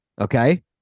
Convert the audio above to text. okay